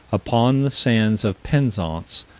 upon the sands of penzance,